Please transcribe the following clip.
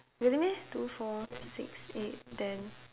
really meh two four six eight ten